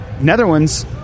Netherlands